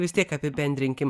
vis tiek apibendrinkim